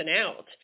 out